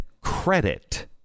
credit